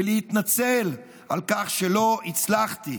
ולהתנצל על כך שלא הצלחתי,